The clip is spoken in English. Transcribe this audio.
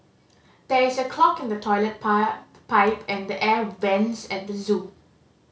there is a clog in the toilet pie pipe and the air vents at the zoo